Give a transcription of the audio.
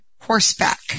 horseback